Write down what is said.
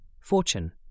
Fortune